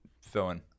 Fillin